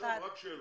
עכשיו רק שאלות.